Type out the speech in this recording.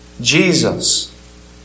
Jesus